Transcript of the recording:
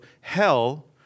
hell